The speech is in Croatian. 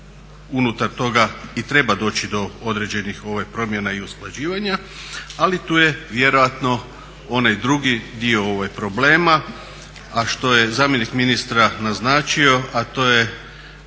unutar toga i treba doći do određenih promjena i usklađivanja, ali tu je vjerojatno onaj drugi dio problema, a što je zamjenik ministra naznačio, a to je